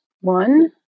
one